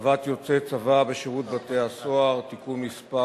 (הצבת יוצאי צבא בשירות בתי-הסוהר) (תיקון מס'